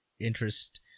interest